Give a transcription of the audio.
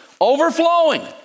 overflowing